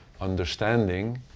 understanding